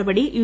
നടപടി യു